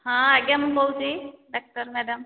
ହଁ ଆଜ୍ଞା ମୁଁ କହୁଛି ଡାକ୍ତର ମ୍ୟାଡ଼ାମ୍